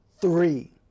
three